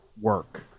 work